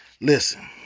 Listen